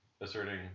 asserting